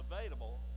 available